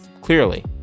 clearly